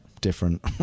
different